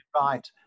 right